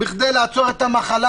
בכדי לעצור את המחלה.